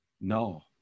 No